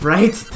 Right